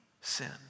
sin